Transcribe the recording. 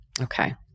Okay